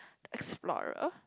explorer